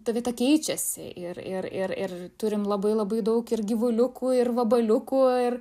ta vieta keičiasi ir ir ir turim labai labai daug ir gyvuliukų ir vabaliukų ir